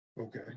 Okay